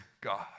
God